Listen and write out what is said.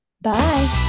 Bye